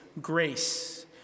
grace